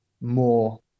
more